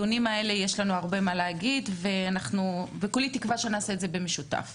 יש לנו הרבה מה להגיד וכולי תקווה שנעשה את זה במשותף.